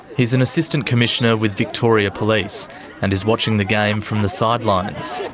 he's an assistant commissioner with victoria police and is watching the game from the sidelines.